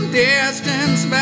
distance